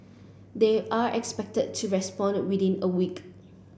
they are expected to respond within a week